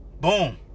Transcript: Boom